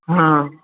हॅं